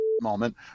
moment